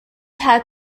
had